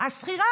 השכירה,